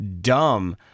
dumb